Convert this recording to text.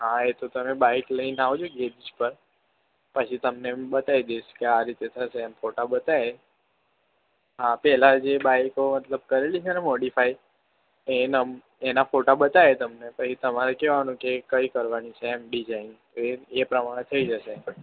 હા એ તો તમે બાઈક લઇને આવજો ગેરેજ પર પછી તમને હું બતાવી દઈશ કે આ રીતે થશે એમ ફોટા બતાવીશ હા પહેલાં જે બાઈકો મતલબ કરેલી છે ને મોડીફાઈ એનાં એના ફોટા બતાવીશ તમને પછી તમારે કહેવાનું કે કઈ કરવાની છે એમ ડીઝાઇન એ એ પ્રમાણે થઈ જશે